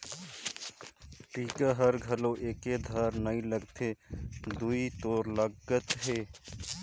टीका हर घलो एके धार नइ लगथे दुदि तोर लगत हे